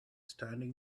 standing